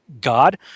God